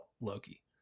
Loki